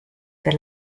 per